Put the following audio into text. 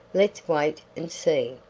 let's wait and see.